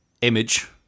image